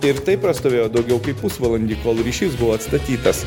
ir taip prastovėjo daugiau kaip pusvalandį kol ryšys buvo atstatytas